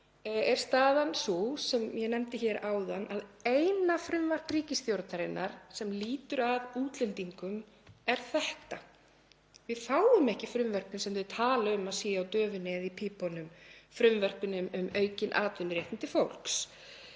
er staðan sú sem ég nefndi hér áðan, að eina frumvarp ríkisstjórnarinnar sem lýtur að útlendingum er þetta. Við fáum ekki frumvörpin sem þau tala um að séu á döfinni eða í pípunum, frumvörpin um aukin atvinnuréttindi fólks.